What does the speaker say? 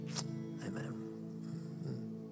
Amen